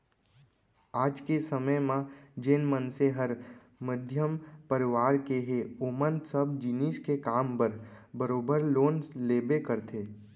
आज के समे म जेन मनसे हर मध्यम परवार के हे ओमन सब जिनिस के काम बर बरोबर लोन लेबे करथे